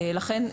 לכן,